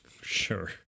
Sure